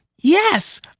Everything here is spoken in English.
Yes